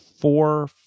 four